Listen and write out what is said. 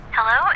Hello